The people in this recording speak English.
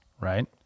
right